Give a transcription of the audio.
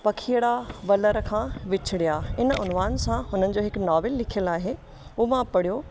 पखिअड़ा वलर खां विछड़िया आहिनि उनवान सां उन्हनि जो हिकु नॉवल लिखियलु आहे उहो मां पढ़ियो